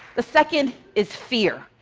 the second is fear.